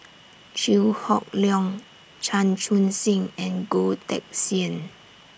Chew Hock Leong Chan Chun Sing and Goh Teck Sian